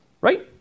Right